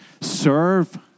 serve